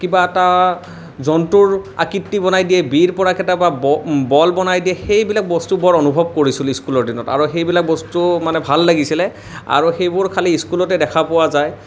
কিবা এটা জন্তুৰ আকৃতি বনাই দিয়ে বিৰ পৰা কেতিয়াবা বল বনাই দিয়ে সেইবিলাক বস্তু বৰ অনুভৱ কৰিছিলোঁ স্কুলৰ দিনত আৰু সেইবিলাক বস্তু মানে ভাল লাগিছিলে আৰু সেইবোৰ খালী স্কুলতে দেখা পোৱা যায়